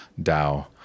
Dao